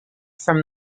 from